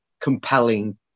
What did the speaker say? compelling